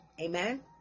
Amen